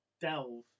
delve